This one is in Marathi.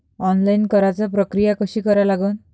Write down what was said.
ऑनलाईन कराच प्रक्रिया कशी करा लागन?